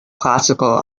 classical